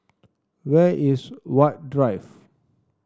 where is Huat Drive